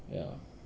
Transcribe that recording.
ya